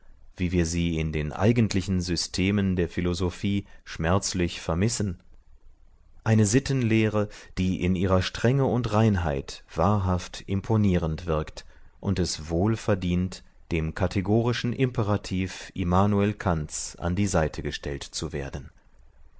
wie wir sie in den eigentlichen systemen der philosophie schmerzlich vermissen eine sittenlehre die in ihrer strenge und reinheit wahrhaft imponierend wirkt und es wohl verdient dem kategorischen imperativ immanuel kants an die seite gestellt zu werden